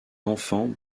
enfants